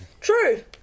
True